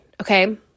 okay